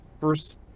first